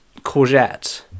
courgette